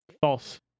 False